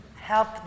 help